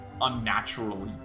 unnaturally